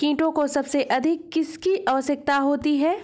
कीटों को सबसे अधिक किसकी आवश्यकता होती है?